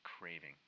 craving